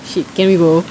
shit can we go